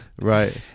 Right